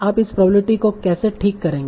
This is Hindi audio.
आप इस प्रोबेबिलिटी को कैसे ठीक करेंगे